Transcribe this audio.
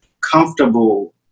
comfortable